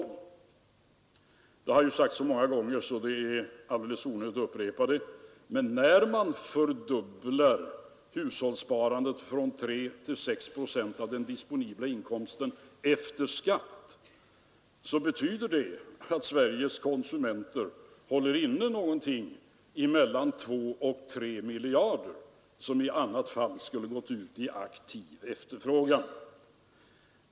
Det har sagts många gånger och är kanske onödigt att upprepa, men när man fördubblar hushållssparandet från 3 till 6 procent av den disponibla inkomsten efter skatt, betyder det att Sveriges konsumenter håller inne någonting mellan 2 och 3 miljarder, som i annat fall skulle gått ut i aktiv efterfrågan.